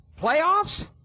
playoffs